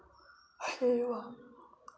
सेवा